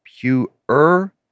pure